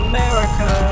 America